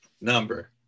number